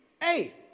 Hey